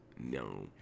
No